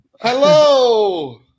Hello